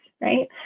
Right